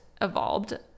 evolved